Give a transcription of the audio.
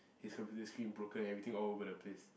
his computer screen broken everything all over the place